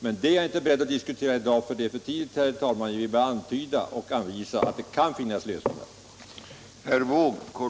Men det är jag inte beredd att diskutera i dag. Det är för tidigt, herr talman. Jag vill bara antyda att det kan finnas lösningar.